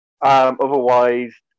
Otherwise